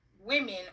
women